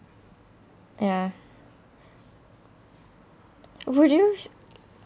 ya would you